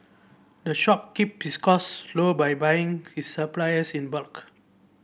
the shop keeps its cost low by buying its supplies in bulk